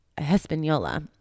Hispaniola